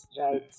right